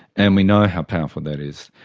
and we know how powerful that is.